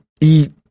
eat